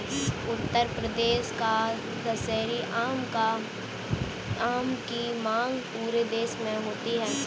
उत्तर प्रदेश का दशहरी आम की मांग पूरे देश में होती है